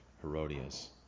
Herodias